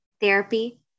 therapy